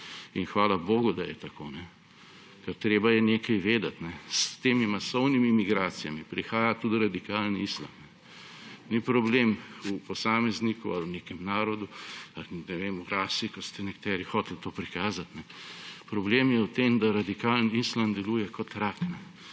Hvala bogu, da je tako, ker treba je nekaj vedeti, s temi masovnimi migracijami prihaja tudi radikalni islam. Ni problem v posamezniku ali v nekem narodu ali ne vem, v kasti, kot ste nekateri hoteli to prikazati. Problem je v tem, da radikalni islam deluje kot rak